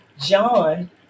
John